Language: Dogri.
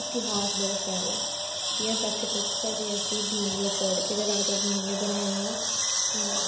इतेहास बड़ा शैल ऐ जियां अस आक्खी सकदे साढ़े रियासी भीमगढ़ फोर्ट ऐ जेह्ड़ा राजा भीम ने बनाया हा